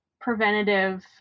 preventative